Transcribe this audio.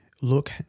Look